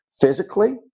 Physically